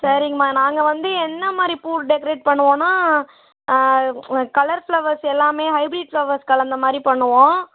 சரிங்கம்மா நாங்கள் வந்து என்ன மாதிரி பூவில் டெக்கரேட் பண்ணுவோம்னா ஆ கலர் ஃப்ளவர்ஸ் எல்லாமே ஹைபிரிட் ஃப்ளவர்ஸ் கலந்த மாதிரி பண்ணுவோம்